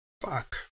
Fuck